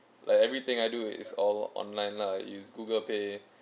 like everything I do is all online lah use google pay